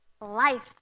life